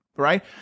Right